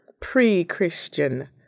pre-Christian